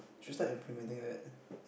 should start implementing that